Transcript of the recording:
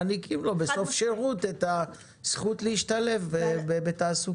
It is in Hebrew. מעניקים לו בסוף השירות את הזכות להשתלב בתעסוקה.